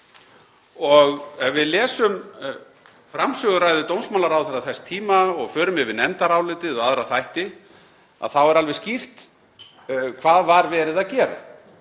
Ef við lesum framsöguræðu dómsmálaráðherra þess tíma og förum yfir nefndarálitið og aðra þætti þá er alveg skýrt hvað var verið að gera.